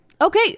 Okay